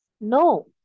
no